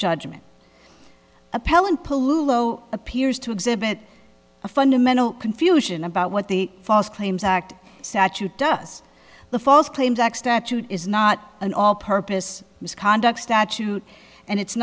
judgment appellant pollute appears to exhibit a fundamental confusion about what the false claims act sachi does the false claims act statute is not an all purpose misconduct statute and it's